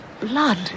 blood